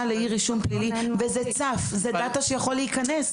לאי רישום פלילי וזה דאטא שיכול להיכנס.